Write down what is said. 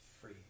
free